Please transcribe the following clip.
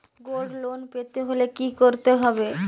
Gold loan পেতে হলে কি করতে হবে?